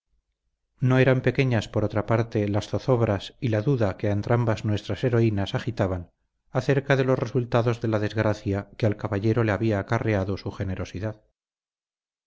no eran pequeñas por otra parte las zozobras y la duda que a entrambas nuestras heroínas agitaban acerca de los resultados de la desgracia que al caballero le había acarreado su generosidad